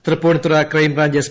Tripunithura crime branch S